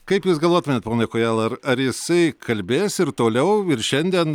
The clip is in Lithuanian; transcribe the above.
kaip jūs galvotumėt pone kojala ar ar jisai kalbės ir toliau ir šiandien